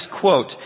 quote